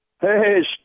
Hey